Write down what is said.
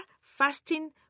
fasting